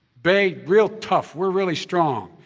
big, real tough we're really strong.